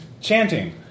chanting